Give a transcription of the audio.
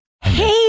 Hey